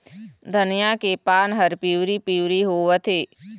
धनिया के पान हर पिवरी पीवरी होवथे?